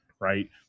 Right